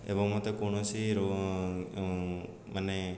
ଏବଂ ମୋତେ କୌଣସି ମାନେ